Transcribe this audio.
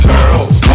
Girls